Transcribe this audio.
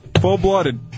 Full-blooded